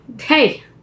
Hey